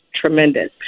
tremendous